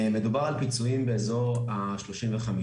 מדובר על פיצויים באזור ה-35,